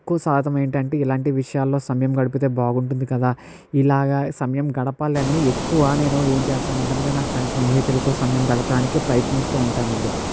ఎక్కువ శాతం ఏంటంటే ఇలాంటి విషయాల్లో సమయం గడుపితే బాగుంటుంది కదా ఇలాగ సమయం గడపాలని ఎక్కువ నేను ఏం చేస్తా ఉంటానంటే నేను నా స్నేహతులతో సమయం గడపడానికి ప్రయత్నిస్తూ ఉంటానండి